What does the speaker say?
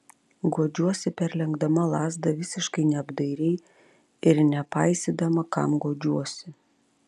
guodžiuosi perlenkdama lazdą visiškai neapdairiai ir nepaisydama kam guodžiuosi